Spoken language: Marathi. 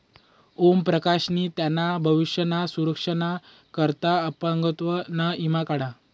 ओम प्रकाश नी तेना भविष्य ना सुरक्षा ना करता अपंगत्व ना ईमा काढा